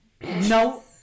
No